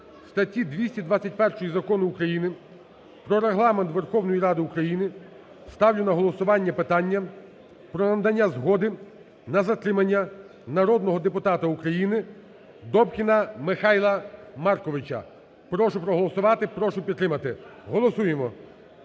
статті 221 Закону України "Про Регламент Верховної Ради України" ставлю на голосування питання про надання згоди на затримання народного депутата України Добкіна Михайла Марковича. Прошу проголосувати, прошу підтримати. Голосуємо,